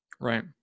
Right